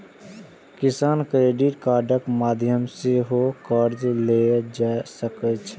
किसान क्रेडिट कार्डक माध्यम सं सेहो कर्ज लए सकै छै